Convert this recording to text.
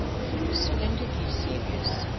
he was splendidly serious.